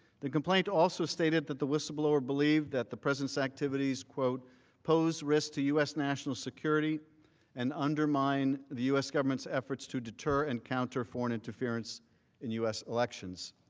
the complaint also stated that the whistleblower believed that the president's activities pose risk to u s. national security and undermined the u s. government's efforts to do to her and counter foreign interference in u s. elections.